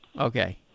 Okay